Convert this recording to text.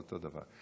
זה אותו דבר.